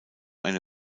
eine